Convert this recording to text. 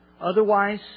Otherwise